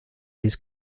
his